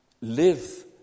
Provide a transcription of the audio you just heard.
live